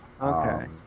Okay